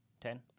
ten